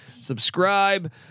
subscribe